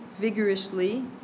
vigorously